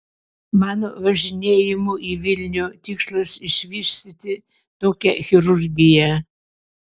mano važinėjimų į vilnių tikslas išvystyti tokią chirurgiją